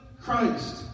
Christ